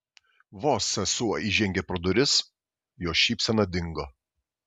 vos sesuo įžengė pro duris jos šypsena dingo